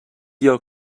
your